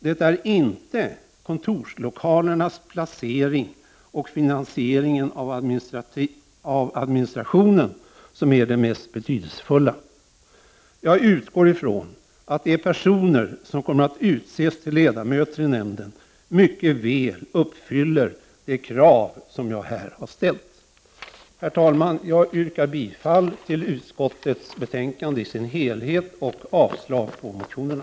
Det är inte kontorslokalernas placering och finansieringen av administrationen som är det mest betydelsefulla. Jag utgår från att de personer som kommer att utses till ledamöter i nämnden mycket väl uppfyller de krav som jag här har ställt. Herr talman! Jag yrkar bifall till utskottets hemställan i dess helhet och avslag på motionerna.